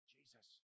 Jesus